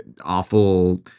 awful